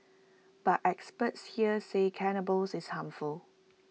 but experts here say cannabis is harmful